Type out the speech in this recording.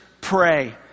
pray